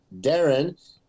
Darren